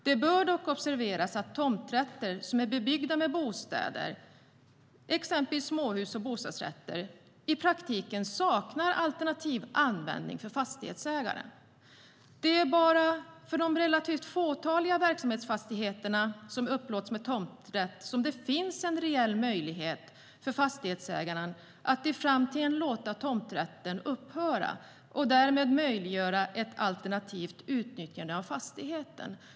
Det bör dock observeras att tomträtter som är bebyggda med bostäder, till exempel småhus eller bostadsrätter, i praktiken saknar alternativ användning för fastighetsägaren. Det är bara för de relativt fåtaliga verksamhetsfastigheterna som upplåts med tomträtt som det finns en reell möjlighet för fastighetsägaren att i framtiden låta tomträtten upphöra och därmed möjliggöra ett alternativt utnyttjande av fastigheten.